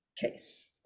case